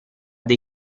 dei